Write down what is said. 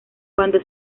cuando